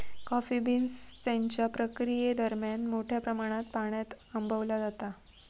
coffee beans त्यांच्या प्रक्रियेदरम्यान मोठ्या प्रमाणात पाण्यान आंबवला जाता